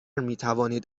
میتوانید